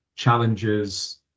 Challenges